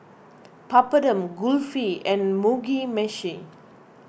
Papadum Kulfi and Mugi Meshi